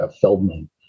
Feldman